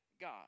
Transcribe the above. god